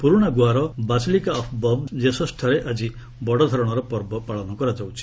ପୁରୁଣା ଗୋଆର basilica of Bom ଜେସସଠାରେ ଆଜି ବଡଧରଣର ପର୍ବ ପାଳନ କରାଯାଉଛି